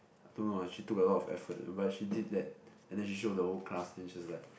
don't know ah she took a lot of effort but she did that and then she showed the whole class and she's like